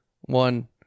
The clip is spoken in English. one